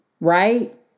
right